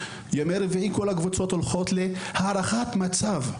ימי רביעי כל הקבוצות הולכות להערכת מצב,